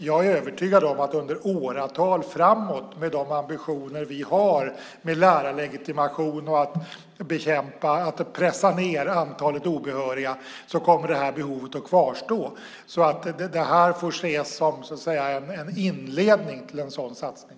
Jag är övertygad om att under åratal framåt, med de ambitioner vi har med lärarlegitimation och att pressa ned antalet obehöriga, kommer det här behovet att kvarstå. Det här får ses som en inledning till en sådan satsning.